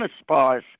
spas